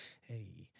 Hey